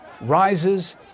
rises